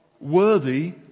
worthy